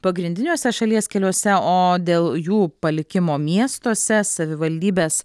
pagrindiniuose šalies keliuose o dėl jų palikimo miestuose savivaldybės